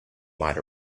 might